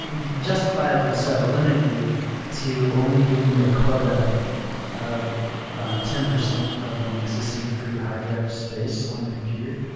and justifiably so, limit you to only giving you a quota of about ten percent of the existing free hard drive space on the computer,